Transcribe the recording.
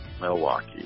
Milwaukee